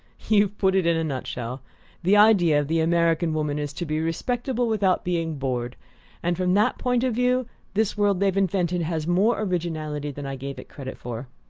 you've put it in a nutshell the ideal of the american woman is to be respectable without being bored and from that point of view this world they've invented has more originality than i gave it credit for.